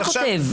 אתה כותב.